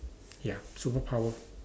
ya superpower